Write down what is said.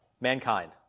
mankind